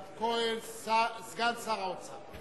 כהן, סגן שר האוצר.